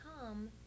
come